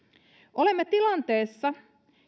olemme tilanteessa